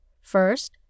First